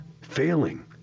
failing